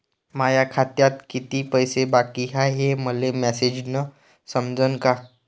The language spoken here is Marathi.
माया खात्यात कितीक पैसे बाकी हाय हे मले मॅसेजन समजनं का?